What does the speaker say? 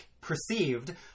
perceived